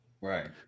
Right